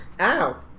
Ow